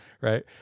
Right